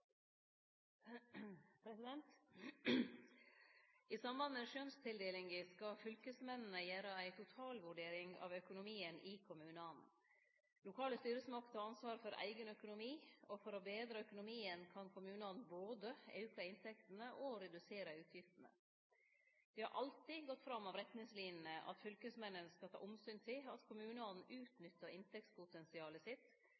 skal fylkesmennene gjere ei total vurdering av økonomien i kommunane. Lokale styresmakter har ansvaret for eigen økonomi, og for å betre økonomien kan kommunane både auke inntektene og redusere utgiftene. Det har alltid gått fram av retningslinjene at fylkesmennene skal ta omsyn til at kommunane utnyttar inntektspotensialet sitt,